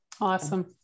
Awesome